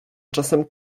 czasem